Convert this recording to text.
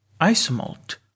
isomalt